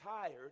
tired